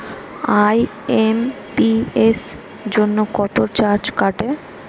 IMPS জন্য কত charge কাটে?